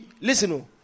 listen